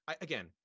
again